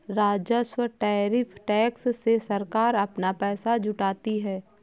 राजस्व tariff tax से सरकार अपना पैसा जुटाती है